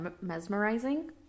mesmerizing